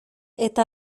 eta